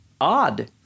Odd